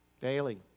Daily